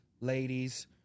ladies